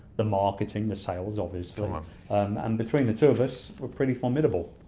the marketing, the sales, obviously and um um between the two of us, we're pretty formidable.